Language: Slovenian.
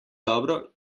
dobro